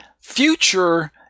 Future